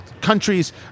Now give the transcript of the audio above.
countries